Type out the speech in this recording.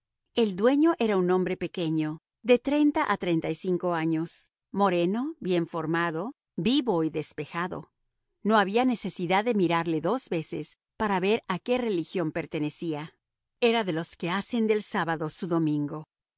el dueño era un hombre pequeño de treinta a treinta y cinco años moreno bien formado vivo y despejado no había necesidad de mirarle dos veces para ver a qué religión pertenecía era de los que hacen del sábado su domingo